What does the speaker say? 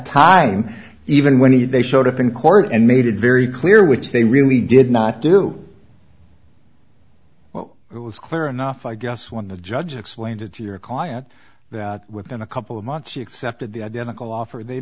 time even when they showed up in court and made it very clear which they really did not do well it was clear enough i guess when the judge explained it to your client that within a couple of months she accepted the identical offer they